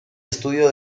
estudio